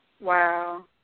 Wow